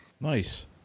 Nice